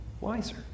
wiser